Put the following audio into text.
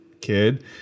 kid